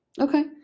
Okay